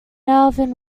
alvin